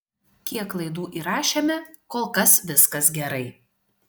kiek laidų įrašėme kol kas viskas gerai